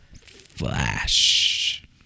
Flash